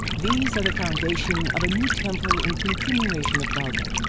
these are the foundations of a new temple in continuation of baalbek,